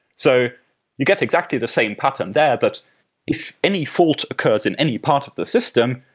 so you get exactly the same pattern there, but if any fault occurs in any part of the system,